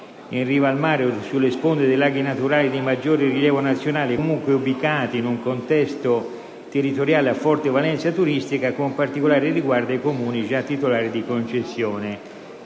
in riva al mare o sulle sponde dei laghi naturali di maggior rilievo nazionale, e comunque situati in un contesto territoriale a forte valenza turistica, con particolare riguardo ai Comuni già titolari di concessione.